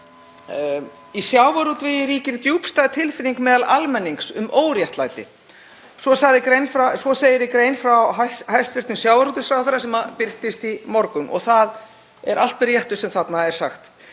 „Í sjávarútvegi ríkir djúpstæð tilfinning meðal almennings um óréttlæti.“ Svo segir í grein frá hæstv. sjávarútvegsráðherra sem birtist í morgun og það er allt rétt sem þarna er sagt.